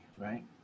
right